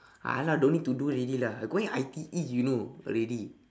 !alah! don't need to do already lah going I_T_E you know already